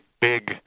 big